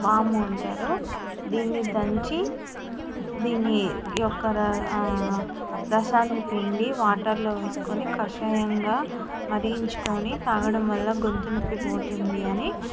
వాము అంటారు దీన్ని దంచి దీన్ని యొక్క ర రసాన్ని పిండి వాటర్లో వేసుకొని కషాయంగా మరిగించుకొని తాగడం వల్ల గొంతు నొప్పి పోతుంది అని